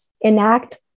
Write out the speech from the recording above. enact